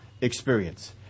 experience